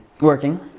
Working